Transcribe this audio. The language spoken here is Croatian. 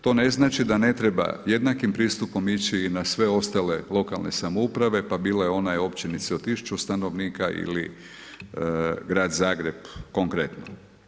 To ne znači da ne treba jednakim pristupom ići i na sve ostale lokalne samouprave pa bile one općinice od 1.000 stanovnika ili Grad Zagreb konkretno.